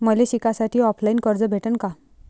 मले शिकासाठी ऑफलाईन कर्ज भेटन का?